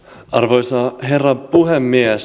arvoisa herra puhemies